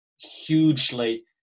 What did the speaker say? hugely